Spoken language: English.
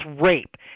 rape